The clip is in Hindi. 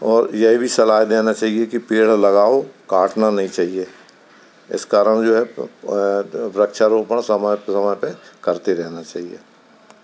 और यह भी सलाह देनी चहिए कि पेड़ लगाओ काटना नहींचाहिए इस कारण जो है वृक्षारोपण समय समय पे करते रहना चहिए